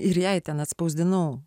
ir jei ten atspausdinau